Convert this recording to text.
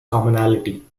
commonality